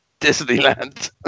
Disneyland